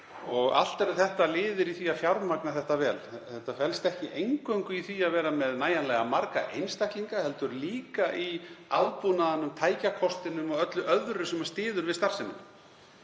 og allt eru þetta liðir í því að fjármagna þetta vel. Þetta felst ekki eingöngu í því að vera með nægjanlega marga einstaklinga heldur líka í aðbúnaðinum, tækjakostinum og öllu öðru sem styður við starfsemina.